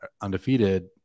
undefeated